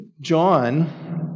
John